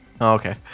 okay